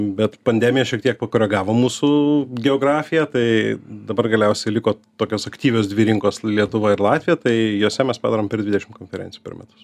bet pandemija šiek tiek pakoregavo mūsų geografiją tai dabar galiausiai liko tokios aktyvios dvi rinkos lietuva ir latvija tai jose mes padarom per dvidešim konferencijų per metus